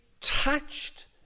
touched